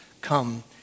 come